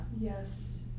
Yes